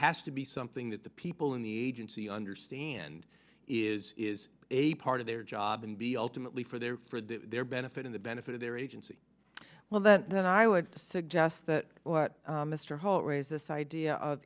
has to be something that the people in the agency understand is is a part of their job and b ultimately for their their benefit in the benefit of their agency well that then i would suggest that mr hall raise this idea of